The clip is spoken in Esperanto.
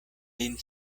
lin